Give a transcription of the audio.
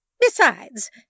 Besides